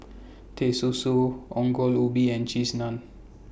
Teh Susu Ongol Ubi and Cheese Naan